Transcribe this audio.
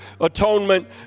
atonement